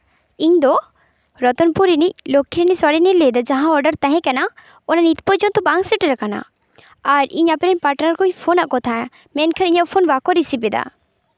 ᱤᱧ ᱫᱚ ᱨᱚᱛᱚᱱᱯᱩᱨ ᱨᱤᱱᱤᱡ ᱞᱚᱠᱠᱷᱤᱨᱟᱱᱤ ᱥᱚᱨᱮᱱ ᱤᱧ ᱞᱟᱹᱭᱫᱟ ᱡᱟᱦᱟᱸ ᱚᱰᱟᱨ ᱛᱟᱦᱮᱸ ᱚᱱᱟ ᱱᱤᱛ ᱯᱚᱨᱡᱚᱱᱛᱚ ᱵᱟᱝ ᱥᱮᱴᱮᱨ ᱠᱟᱱᱟ ᱟᱨ ᱤᱧ ᱟᱯᱮᱨᱮᱱ ᱯᱟᱴᱱᱟᱨ ᱠᱚᱹᱧ ᱯᱷᱳᱱᱟᱜ ᱠᱚ ᱛᱟᱦᱮᱸᱜᱼᱟ ᱢᱮᱱᱠᱷᱟᱱ ᱤᱧᱟᱹᱜ ᱯᱷᱳᱱ ᱵᱟᱠᱚ ᱨᱤᱥᱤᱵᱽ ᱮᱫᱟ